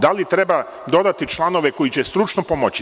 Da li treba dodati članove koji će stručno pomoći?